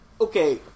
okay